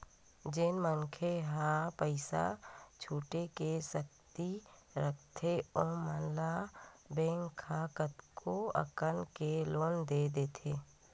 जेन मनखे मन ह पइसा छुटे के सक्ति रखथे ओमन ल बेंक ह कतको अकन ले लोन दे देथे